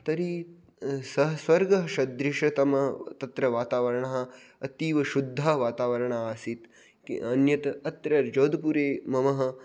तर्हि सः स्वर्गसदृशतमः तत्र वातावरणं अतीवशुद्धः वातावरणम् आसीत् अन्यत् अत्र जोध्पुरे मम